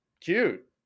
cute